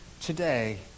today